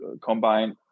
combine